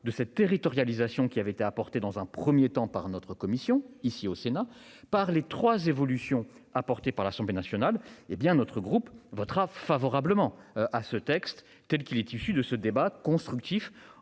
de cette territorialisation qui avait été apportée dans un 1er temps par notre commission ici au Sénat, par les trois évolutions apportées par l'Assemblée nationale, hé bien notre groupe votera favorablement à ce texte, tel qu'il est issu de ce débat constructif